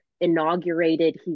inaugurated